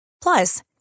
Plus